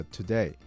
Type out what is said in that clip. Today